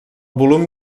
volum